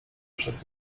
przez